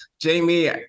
Jamie